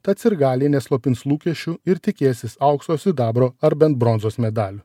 tad sirgaliai neslopins lūkesčių ir tikėsis aukso sidabro ar bent bronzos medalių